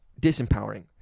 disempowering